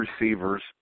receivers